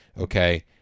Okay